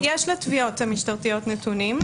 לתביעות המשטרתיות יש נתונים.